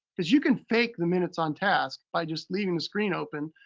cause you can fake the minutes on task by just leaving the screen open.